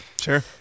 Sure